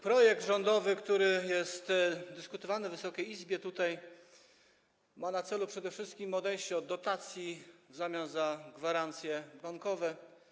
Projekt rządowy, który jest dyskutowany w Wysokiej Izbie, ma na celu przede wszystkim odejście od dotacji w zamian za gwarancje bankowe.